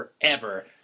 forever